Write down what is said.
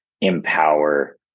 empower